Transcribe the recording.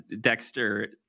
Dexter